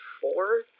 four